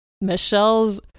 Michelle's